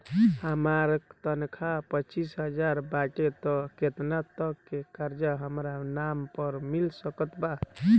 हमार तनख़ाह पच्चिस हज़ार बाटे त केतना तक के कर्जा हमरा नाम पर मिल सकत बा?